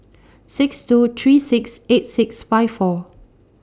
six two three six eight six five four